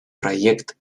проект